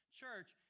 church